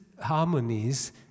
harmonies